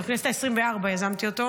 בכנסת העשרים-וארבע יזמתי אותו.